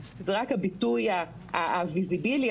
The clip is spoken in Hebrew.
זה רק הביטוי הוויזיבילי,